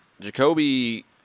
Jacoby